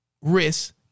risk